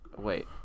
wait